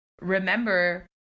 remember